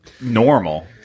normal